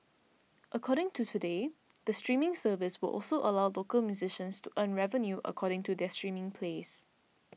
according to Today the streaming service will also allow local musicians to earn revenue according to their streaming plays